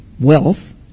wealth